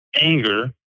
anger